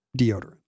deodorant